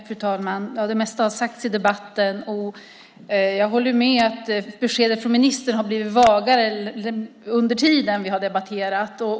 Fru talman! Det mesta har sagts i debatten. Jag håller med om att beskedet från ministern blivit vagare under tiden som vi debatterat.